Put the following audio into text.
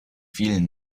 vielen